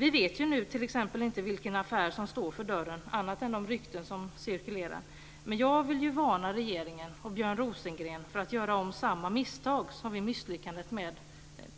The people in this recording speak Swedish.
Vi vet nu t.ex. inte vilken affär som står för dörren annat än genom de rykten som cirkulerar, men jag vill varna regeringen och Björn Rosengren för att göra om samma misstag som vid misslyckandet